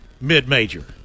mid-major